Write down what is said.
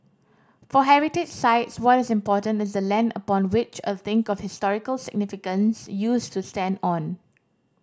for heritage sites what is important is the land upon which a thing of historical significance used to stand on